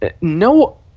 No